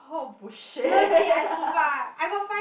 what bullshit